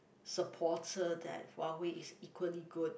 supporter that Huawei is equally good